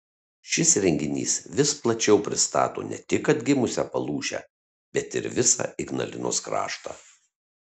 šis renginys vis plačiau pristato ne tik atgimusią palūšę bet ir visą ignalinos kraštą